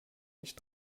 nicht